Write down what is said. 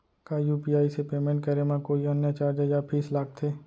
का यू.पी.आई से पेमेंट करे म कोई अन्य चार्ज या फीस लागथे?